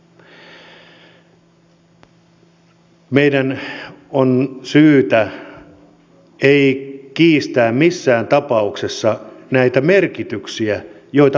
meidän ei ole syytä kiistää missään tapauksessa näitä merkityksiä joita haitoilla on